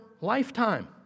lifetime